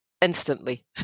instantly